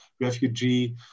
refugee